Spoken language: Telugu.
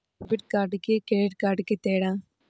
డెబిట్ కార్డుకి క్రెడిట్ కార్డుకి తేడా?